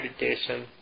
meditation